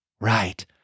right